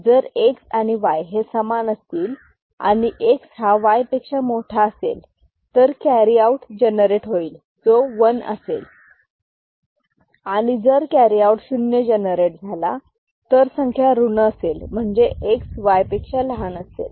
जर X आणि Y हे समान असतील आणि X हा Y पेक्षा मोठा असेल तर कॅरी आउट जनरेट होईल जो 1 असेल आणि जर कॅरी आउट शून्य जनरेट झाला तर संख्या ऋण असेल म्हणजे X Y पेक्षा लहान असेल